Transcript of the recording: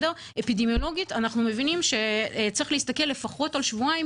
אפידמיולוגית אנחנו מבינים שצריך להסתכל לפחות על שבועיים